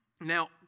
Now